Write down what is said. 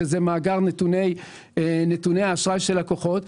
שזה מאגר נתוני אשראי של לקוחות,